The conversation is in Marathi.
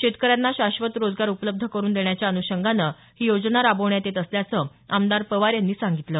शेतकऱ्यांना शाश्वत रोजगार उपलब्ध करून देण्याच्या अनुषंगाने ही योजना राबवण्यात येत असल्याचं आमदार पवार यांनी सांगितलं